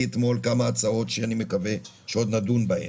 אתמול כמה הצעות שאני מקווה שעוד נדון בהן.